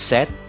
Set